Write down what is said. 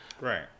Right